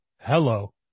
hello